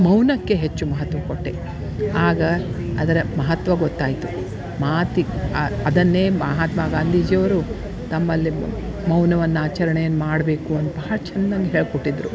ಮೌನಕ್ಕೆ ಹೆಚ್ಚು ಮಹತ್ವ ಕೊಟ್ಟೆ ಆಗ ಅದರ ಮಹತ್ವ ಗೊತ್ತಾಯಿತು ಮಾತಿಗೆ ಅದನ್ನೇ ಮಹಾತ್ಮ ಗಾಂಧೀಜಿ ಅವರು ತಮ್ಮಲ್ಲಿ ಮೌನವನ್ನು ಆಚರ್ಣೆಯನ್ನು ಮಾಡಬೇಕು ಅಂತ ಬಹಳ ಚಂದನೇ ಹೇಳಿಕೊಟ್ಟಿದ್ರು